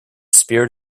spirit